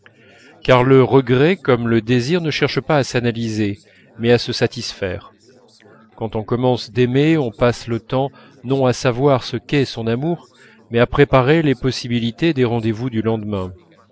car le regret comme le désir ne cherche pas à s'analyser mais à se satisfaire quand on commence d'aimer on passe le temps non à savoir ce qu'est son amour mais à préparer les possibilités des rendez-vous du lendemain